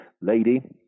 lady